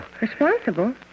Responsible